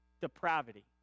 depravity